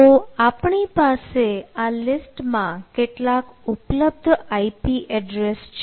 તો આપણી પાસે આ લિસ્ટમાં કેટલાક ઉપલબ્ધ ip એડ્રેસ છે